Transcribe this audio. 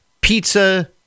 pizza